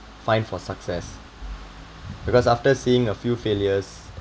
find for success because after seeing a few failures